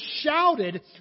shouted